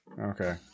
Okay